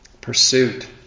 pursuit